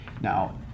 Now